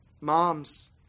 Moms